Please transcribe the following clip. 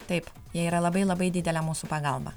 taip jie yra labai labai didelė mūsų pagalba